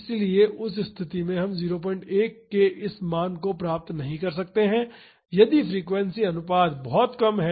इसलिए उस स्थिति में हम 01 के इस मान को प्राप्त नहीं कर सकते हैं यदि फ्रीक्वेंसी अनुपात बहुत कम है